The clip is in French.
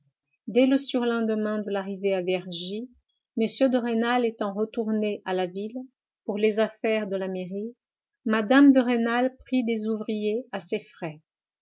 dès le surlendemain de l'arrivée à vergy m de rênal étant retourné à la ville pour les affairés de la mairie mme de rênal prit des ouvriers à ses frais